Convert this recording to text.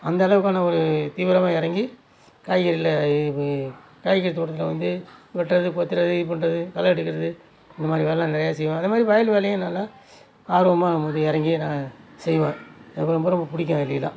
அந்தளவுக்கான ஒரு தீவிரமாக இறங்கி காய்கறியில் காய்கறி தோட்டத்தில் வந்து வெட்டுறது கொத்துவது இது பண்ணுறது களை எடுக்கிறது இந்த மாதிரி வேலைலாம் நிறைய செய்வேன் அது மாதிரி வயல் வேலையும் நல்லா ஆர்வமாக நம்ம இது இறங்கி நான் செய்வேன் எனக்கு ரொம்ப ரொம்ப பிடிக்கும் எனக்கு இதல்லாம்